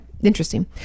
interesting